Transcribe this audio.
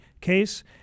case